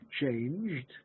changed